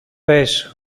πες